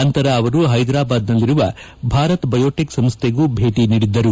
ನಂತರ ಅವರು ಹೈದರಾಬಾದ್ನಲ್ಲಿರುವ ಭಾರತ್ ಬಯೋಟೆಕ್ ಸಂಸ್ಟೆಗೂ ಭೇಟಿ ನೀಡಿದ್ದರು